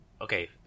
okay